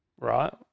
right